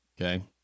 Okay